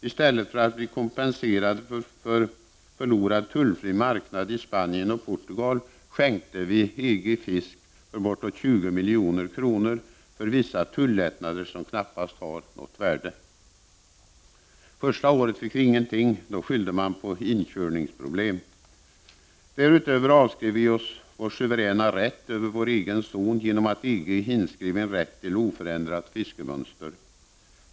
I stället för att få kompensation för den tullfria marknad i Spanien och Portugal som vi gick miste om, skänkte vi EG fisk för bortåt 20 milj.kr. i utbyte mot vissa tullättnader som knappast har något värde. Första året fick vi ingenting - då skyllde man på inkörningsproblem. Förutom detta avskrev vi oss vår suveräna rätt över vår egen zon, genom att EG i avtalet inskrev en rätt till oförändrat fiskemönster.